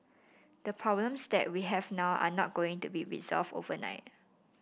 the problems that we have now are not going to be resolved overnight